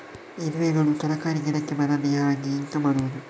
ಇರುವೆಗಳು ತರಕಾರಿ ಗಿಡಕ್ಕೆ ಬರದ ಹಾಗೆ ಎಂತ ಮಾಡುದು?